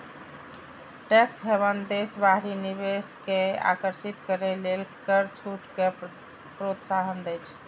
tax haven देश बाहरी निवेश कें आकर्षित करै लेल कर छूट कें प्रोत्साहन दै छै